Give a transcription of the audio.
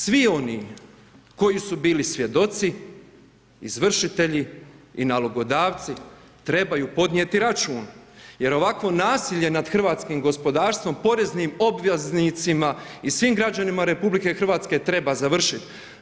Svi oni koji su bili svjedoci, izvršitelji i nalogodavci trebaju podnijeti račun jer ovakvo nasilje nad hrvatskim gospodarstvom, poreznim obveznicima i svim građanima RH treba završiti.